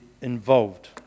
involved